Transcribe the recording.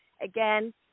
again